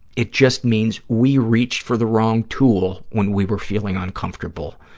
it just means we reached for the wrong tool when we were feeling uncomfortable.